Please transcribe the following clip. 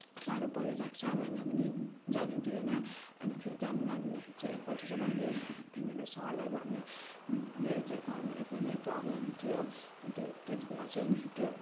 साह्रो परिरहेको छ भन्दा पनि जानु दिएन अन्त फेरि जानु नदिँदाखेरि चाहिँ एक पल्ट चाहिँ मैले त्यहाँनेर सरलाई भने मेरो चाहिँ घरमा एकदम प्रब्लम थियो त्यो त्यो त्यति बेला चाहिँ अन्तखेरि त्यो